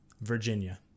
virginia